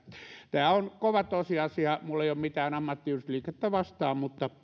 tämä on kova tosiasia minulla ei ole mitään ammattiyhdistysliikettä vastaan mutta